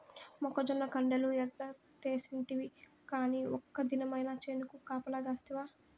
మొక్కజొన్న కండెలు ఎగరేస్కతింటివి కానీ ఒక్క దినమైన చేనుకు కాపలగాస్తివా